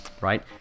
right